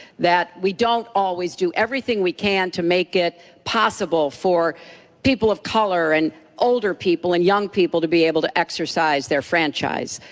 that we don't do always do everything we can to make it possible for people of color and older people and young people to be able to exercise their franchise.